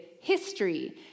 history